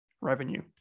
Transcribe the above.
revenue